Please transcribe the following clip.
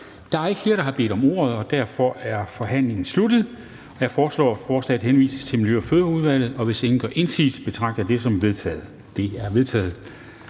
Der er ikke flere, der har bedt om ordet, og derfor er forhandlingen sluttet. Jeg foreslår, at forslaget til folketingsbeslutning henvises til Miljø- og Fødevareudvalget. Og hvis ingen gør indsigelse, betragter jeg det som vedtaget. Det er vedtaget.